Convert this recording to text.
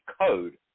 code